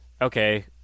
okay